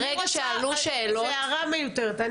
זו הערה מיותרת.